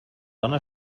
dona